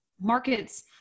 markets